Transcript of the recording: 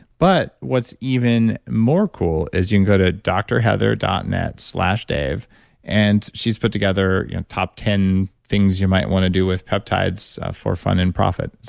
but what's even more cool is you can go to drheather dot net slash dave and she's put together you know top ten things you might want to do with peptides for fun and profit.